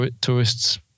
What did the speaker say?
tourists